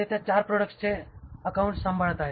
ते त्या ४ प्रॉडक्ट्सचे अकाउंट्स सांभाळत आहेत